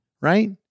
right